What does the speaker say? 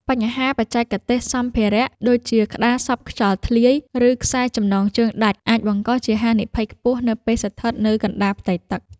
បញ្ហាបច្ចេកទេសសម្ភារៈ ដូចជាក្តារសប់ខ្យល់ធ្លាយ ឬខ្សែចំណងជើងដាច់ អាចបង្កជាហានិភ័យខ្ពស់នៅពេលស្ថិតនៅកណ្ដាលផ្ទៃទឹក។